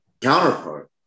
Counterpart